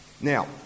Now